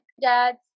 dad's